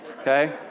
okay